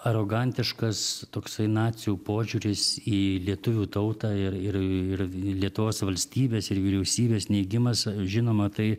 arogantiškas toksai nacių požiūris į lietuvių tautą ir ir lietuvos valstybės ir vyriausybės neigimas žinoma tai